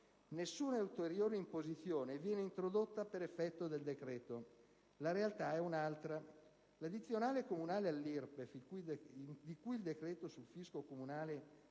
Nessuna ulteriore imposizione viene introdotta per effetto del decreto. La realtà è un'altra: l'addizionale comunale all'IRPEF, di cui il decreto sul fisco comunale dispone